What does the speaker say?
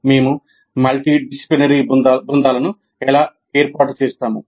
మేము మల్టీడిసిప్లినరీ బృందాలను ఎలా ఏర్పాటు చేస్తాము